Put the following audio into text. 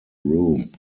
room